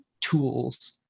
tools